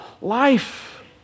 life